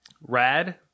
Rad